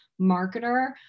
marketer